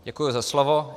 Děkuji za slovo.